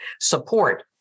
support